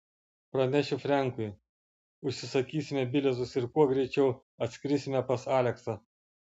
pranešiu frenkui užsisakysime bilietus ir kuo greičiau atskrisime pas aleksą